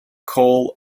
coal